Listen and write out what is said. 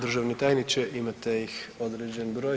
Državni tajniče imate ih određen broj.